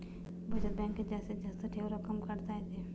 बचत बँकेत जास्तीत जास्त ठेव रक्कम काढता येते